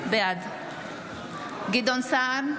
בעד גדעון סער,